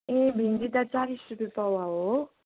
ए भेन्डी त चालिस रुपियाँ पावा हो